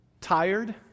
tired